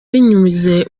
binyuze